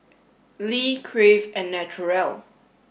lee Crave and Naturel